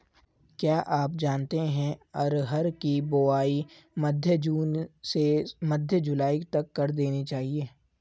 क्या आप जानते है अरहर की बोआई मध्य जून से मध्य जुलाई तक कर देनी चाहिये?